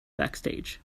backstage